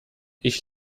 ich